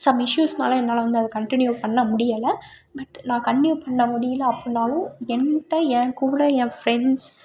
some இஷ்யூஷ்னால என்னால் வந்து அதை கண்டினியூ பண்ண முடியல பட் நான் கண்டினியூ பண்ண முடியல அப்படினாலும் என்கிட்ட என் கூட என் ஃப்ரெண்ட்ஸ்